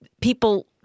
people